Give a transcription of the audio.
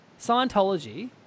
Scientology